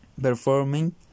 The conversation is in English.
performing